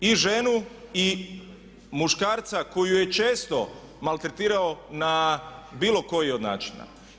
I ženu i muškarca koji ju je često maltretirao na bilo koji od načina.